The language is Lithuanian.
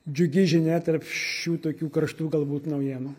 džiugi žinia tarp šių tokių karštų galbūt naujienų